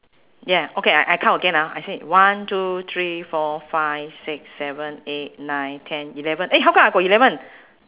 ya okay I I count again ah I said one two three four five six seven eight nine ten eleven eh how come I got eleven